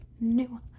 new